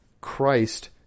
Christ